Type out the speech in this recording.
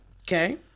Okay